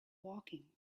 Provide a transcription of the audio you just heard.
woking